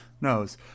knows